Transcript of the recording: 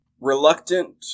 reluctant